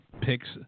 picks